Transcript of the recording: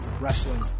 wrestling